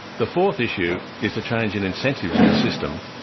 the fourth issue is the change in incentives in the system,